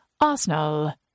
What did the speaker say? Arsenal